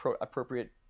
appropriate